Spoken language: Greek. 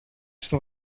στο